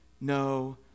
no